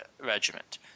regiment